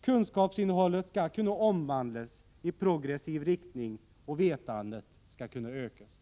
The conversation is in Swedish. Kunskapsinnehållet skall kunna omvandlas i progressiv riktning, och vetandet skall kunna ökas.